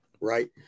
Right